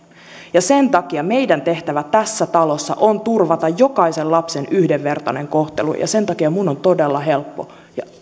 sen takia meidän tehtävämme tässä talossa on turvata jokaisen lapsen yhdenvertainen kohtelu ja sen takia minun on todella helppo